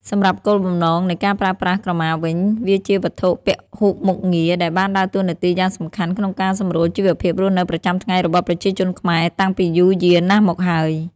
សម្រាប់់គោលបំណងនៃការប្រើប្រាស់ក្រមាវិញ វាជាវត្ថុពហុមុខងារដែលបានដើរតួនាទីយ៉ាងសំខាន់ក្នុងការសម្រួលជីវភាពរស់នៅប្រចាំថ្ងៃរបស់ប្រជាជនខ្មែរតាំងពីយូរយារណាស់មកហើយ។